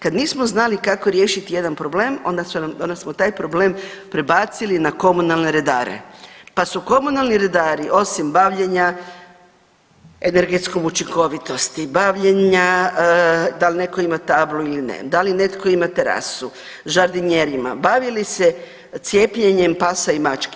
Kad nismo znali kako riješiti jedan problem, onda smo taj problem prebacili na komunalne redare, pa su komunalni redari osim bavljenja energetskom učinkovitosti, bavljenja da li netko ima tablu ili ne, da li netko ima terasu, žardinjerima, bavili se cijepljenjem pasa i mački.